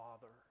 Father